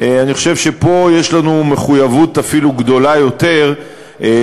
אני חושב שפה יש לנו אפילו מחויבות גדולה יותר להשקיע,